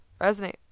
resonate